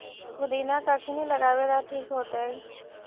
पुदिना कखिनी लगावेला ठिक होतइ?